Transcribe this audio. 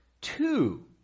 two